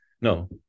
no